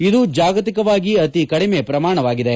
ಇದು ಜಾಗತಿಕವಾಗಿ ಅತಿ ಕಡಿಮೆ ಪ್ರಮಾಣವಾಗಿದೆ